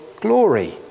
glory